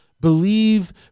Believe